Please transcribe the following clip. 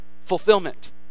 fulfillment